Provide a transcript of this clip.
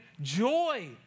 joy